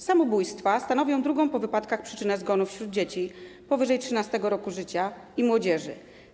Samobójstwa stanowią drugą po wypadkach przyczynę zgonów wśród dzieci powyżej 13. roku życia i młodzieży.